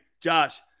Josh